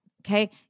Okay